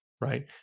right